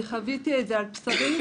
אני חוויתי את זה על בשרי,